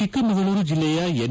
ಚಿಕ್ಕಮಗಳೂರು ಜಿಲ್ಲೆಯ ಎನ್